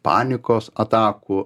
panikos atakų